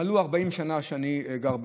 מלאו 40 שנה למגורים שלי גר ברמות,